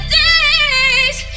days